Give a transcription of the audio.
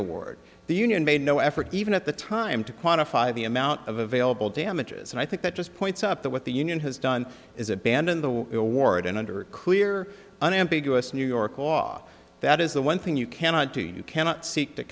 award the union made no effort even at the time to quantify the amount of available damages and i think that just points up that what the union has done is abandon the award and under a clear unambiguous new york law that is the one thing you cannot do you cannot seek to